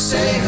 Say